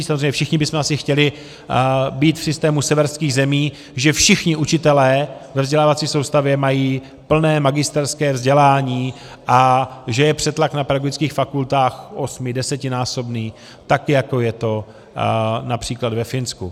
Samozřejmě všichni bychom asi chtěli být v systému severských zemí, že všichni učitelé ve vzdělávací soustavě mají plné magisterské vzdělání a že je přetlak na pedagogických fakultách, osmi, desetinásobný, tak jako je to například ve Finsku.